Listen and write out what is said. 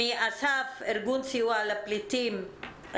מא.ס.ף, ארגון סיוע לפליטים,